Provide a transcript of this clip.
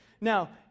Now